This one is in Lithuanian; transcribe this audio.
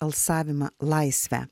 alsavimą laisve